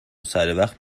سروقت